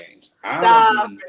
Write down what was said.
Stop